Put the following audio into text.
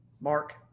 Mark